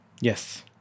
Yes